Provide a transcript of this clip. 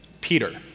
Peter